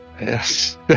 Yes